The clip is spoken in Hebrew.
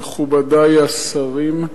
מכובדי השרים,